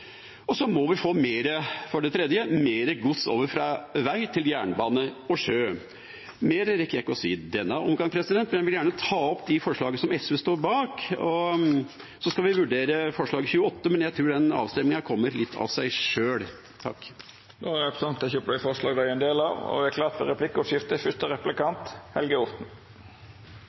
Vi må for det tredje få mer gods over fra vei til jernbane og sjø. Mer rekker jeg ikke å si i denne omgangen, men jeg vil gjerne ta opp de forslagene SV står bak. Vi skal vurdere forslag nr. 28, men jeg tror den avstemningen kommer litt av seg sjøl. Representanten Arne Nævra har teke opp dei forslaga han refererte til. Det vert replikkordskifte. Jeg registrerer jo at representanten Nævra og